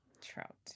Trout